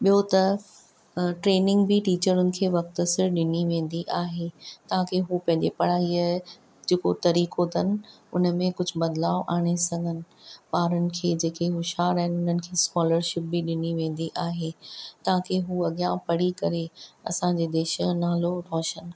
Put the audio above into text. ॿियों त ट्रेनिंग बि टिचरुनि खे वक़्त सां ॾिनी वेंदी आहे ताक़ी हू पंहिंजी पढ़ाईअ जेको तरीक़ो अथनि उन में कुझु बदिलाउ आणे सघनि ॿारनि खे जेके होश्यार आहिनि उन्हनि खे स्कोलरशिप बि ॾिनी वेंदी आहे ताकी हू अॻियां पढ़ी करे असांजे देश जो नालो रोशन कनि